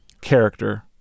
character